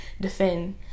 defend